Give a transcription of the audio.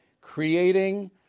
creating